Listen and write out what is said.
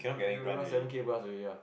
you you'll seven K plus already ah